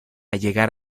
llegar